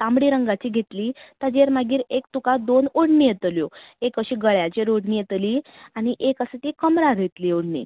तांबडे रंगाची घेतली ताजेर मागीर एक तुका दोन ओडणी येतोल्यो एक अशे गळ्याचेर ओडणी येतली आनी एक आसा ती कमरार येतली ओडणी